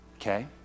okay